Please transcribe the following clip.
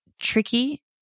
Tricky